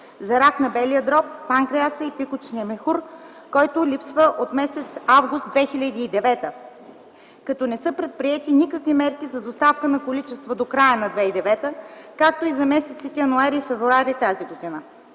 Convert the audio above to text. за рак на белия дроб, панкреаса и пикочния мехур, който липсва от м. август 2009 г., като не са предприети никакви мерки за доставка на количества до края на 2009 г., както и за месеците януари и февруари т.г.